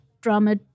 drama